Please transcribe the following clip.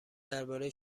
درباره